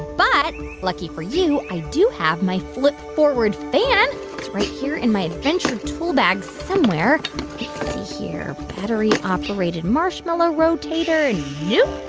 but lucky for you, i do have my flip-forward fan. it's right here in my adventure tool bag somewhere. let's see here. battery-operated marshmallow rotator and nope.